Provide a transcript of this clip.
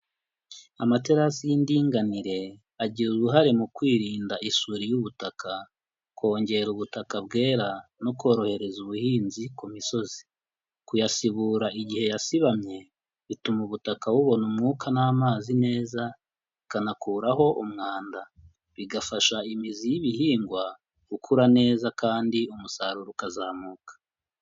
Amaterasi y'indinganire agira uruhare mu kwirinda isuri y'ubutaka, kongera ubutaka bwera no korohereza ubuhinzi ku misozi, kuyasibura igihe yasibamye bituma ubutaka bubona umwuka n'amazi neza bikanakuraho umwanda, bigafasha imizi y'ibihingwa gukura neza kandi umusaruro ukazamuka.